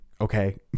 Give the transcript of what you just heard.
Okay